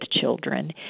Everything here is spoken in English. children